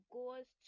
goes